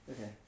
Okay